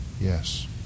Yes